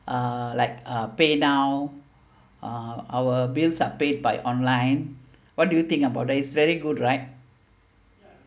uh like uh paynow uh our bills are paid by online what do you think about that it's very good right